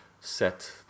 set